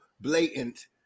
blatant